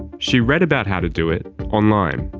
she read about how to do it online.